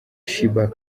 sheebah